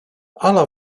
ala